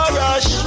rush